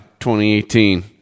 2018